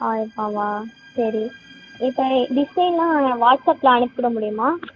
ஆயிரம் ரூபாவா சரி இப்போ டிசைனெலாம் வாட்ஸ்அப்பில் அனுப்பிவிட முடியுமா